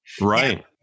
Right